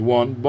one